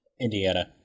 Indiana